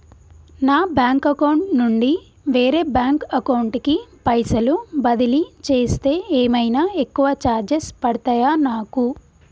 నా bank account నుండి వేరే బ్యాంక్ అకౌంట్ కి పైసల్ బదిలీ చేస్తే ఏమైనా ఎక్కువ చార్జెస్ పడ్తయా నాకు?